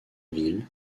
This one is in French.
ville